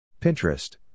Pinterest